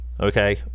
okay